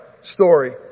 story